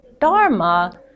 dharma